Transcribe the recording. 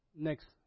next